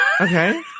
Okay